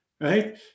Right